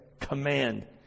Command